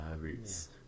roots